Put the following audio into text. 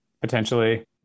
Potentially